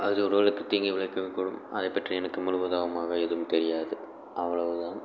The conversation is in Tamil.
அது ஒரு வேலை தீங்கு விளைவிக்கக்கூடும் அதை பற்றி எனக்கு முழுவதுவுமாக எதுவும் தெரியாது அவ்வளோவு தான்